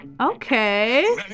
Okay